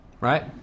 Right